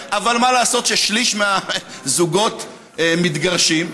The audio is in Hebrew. אבל מה לעשות ששליש מהזוגות מתגרשים.